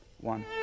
one